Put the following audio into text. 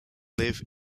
live